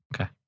Okay